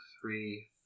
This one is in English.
three